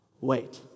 wait